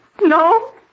no